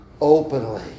openly